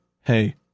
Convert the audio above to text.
hey